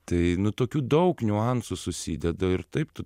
tai nu tokių daug niuansų susideda ir taip tu